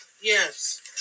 Yes